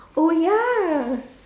oh ya